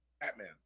Batman